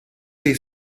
dei